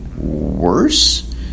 worse